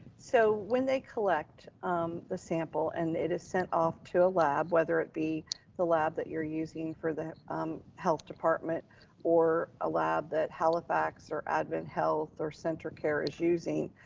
so when they collect um the sample and it is sent off to a lab, whether it be the lab that you're using for the health department or a lab that halifax or admin health or center care is using,